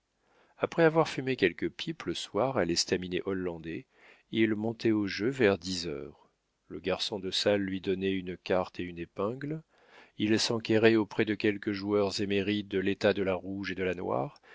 après avoir fumé quelques pipes le soir à l'estaminet hollandais il montait au jeu vers dix heures le garçon de salle lui donnait une carte et une épingle il s'enquérait auprès de quelques joueurs émérites de l'état de la rouge et de la noire